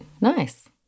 Nice